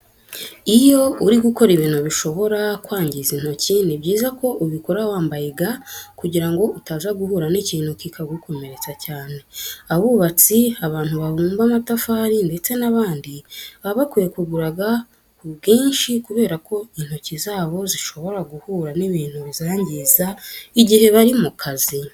Iyo uri gukora ibintu bishobora kwangiza intoki, ni byiza ko ubikora wambaye ga kugira ngo utaza guhura n'ikintu kikagukomeretsa cyane. Abubatsi, abantu babumba amatafati ndetse n'abandi, baba bakwiye kugura ga ku bwinshi kubera ko intoki zabo zishobora guhura n'ibintu bizangiza igihe bari mu kazi.